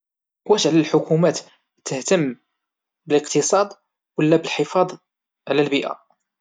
واش على الحكومات الاهتمام بالاقتصاد ولا الحفاظ على البيئة؟